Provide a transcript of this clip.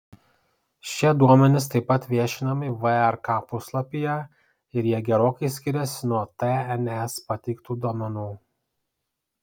šie duomenys taip pat viešinami vrk puslapyje ir jie gerokai skiriasi nuo tns pateiktų duomenų